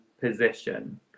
position